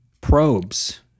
probes